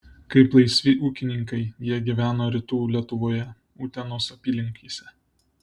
kaip laisvi ūkininkai jie gyveno rytų lietuvoje utenos apylinkėse